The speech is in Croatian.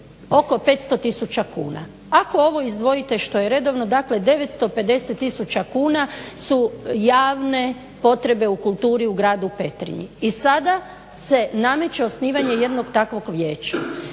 oko 500 tisuća kuna. Ako ovo izdvojite što je redovno dakle 950 tisuća kuna su javne potrebe u kulturi u gradu Petrinji i sada se nameće osnivanje jednog takvog vijeća.